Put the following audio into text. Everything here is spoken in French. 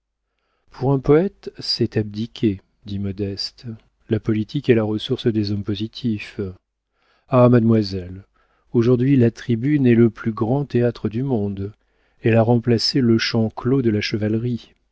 pour un poëte c'est abdiquer dit modeste la politique est la ressource des hommes positifs ah mademoiselle aujourd'hui la tribune est le plus grand théâtre du monde elle a remplacé le champ clos de la chevalerie